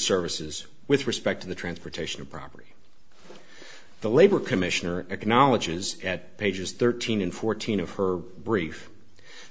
services with respect to the transportation of property the labor commissioner economics is at pages thirteen and fourteen of her brief